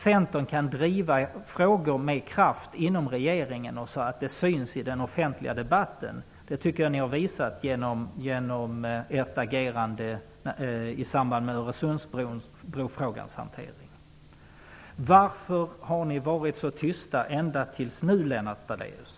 Centern kan driva frågor med kraft inom regeringen så att det syns i den offentliga debatten. Det har ni visat i ert agerande i samband med hanteringen av frågan om Öresundsbron. Varför har ni varit så tysta ända tills nu, Lennart Daléus?